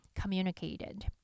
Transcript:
communicated